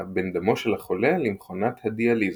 בין דמו של החולה למכונת הדיאליזה.